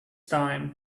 time